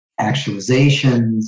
actualizations